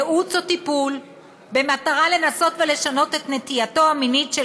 ייעוץ או טיפול במטרה לנסות ולשנות את נטייתו המינית של